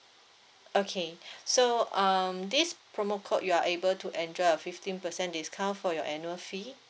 okay so um this promo code you are able to enjoy a fifteen percent discount for your annual fee